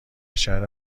شهر